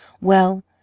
Well